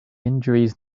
injuries